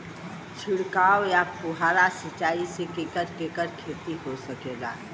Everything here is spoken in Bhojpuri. छिड़काव या फुहारा सिंचाई से केकर केकर खेती हो सकेला?